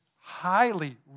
highly